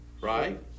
right